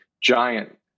giant